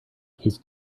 his